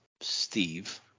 steve